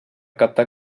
captar